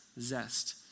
zest